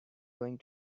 going